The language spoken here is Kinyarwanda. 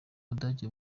budage